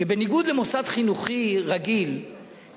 שבניגוד למוסדות חינוכיים רגילים,